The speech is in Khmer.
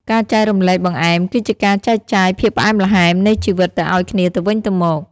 ការចែករំលែកបង្អែមគឺជាការចែកចាយ "ភាពផ្អែមល្ហែម" នៃជីវិតទៅឱ្យគ្នាទៅវិញទៅមក។